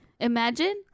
Imagine